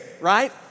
right